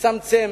לצמצם